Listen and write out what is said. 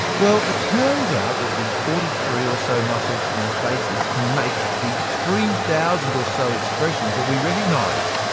well, it turns out that the forty three or so muscles in our faces can make the three thousand or so expressions that we recognise.